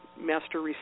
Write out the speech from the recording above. master